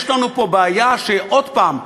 יש לנו פה בעיה, שעוד פעם,